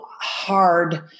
hard